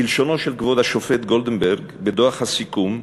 בלשונו של כבוד השופט גולדברג בדוח הסיכום: